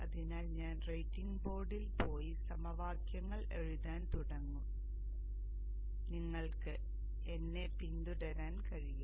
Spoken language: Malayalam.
അതിനാൽ ഞാൻ റൈറ്റിങ് ബോർഡിൽ പോയി സമവാക്യങ്ങൾ എഴുതാൻ തുടങ്ങും നിങ്ങൾക്ക് എന്നെ പിന്തുടരാൻ കഴിയും